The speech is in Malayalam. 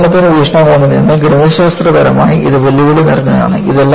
വിശകലനത്തിന്റെ വീക്ഷണകോണിൽ നിന്ന് ഗണിതശാസ്ത്രപരമായി ഇത് വെല്ലുവിളി നിറഞ്ഞതാണ്